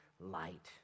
light